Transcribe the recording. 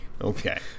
Okay